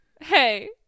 hey